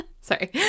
Sorry